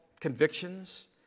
convictions